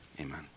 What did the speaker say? amen